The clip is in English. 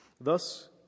Thus